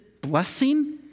blessing